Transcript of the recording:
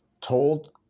told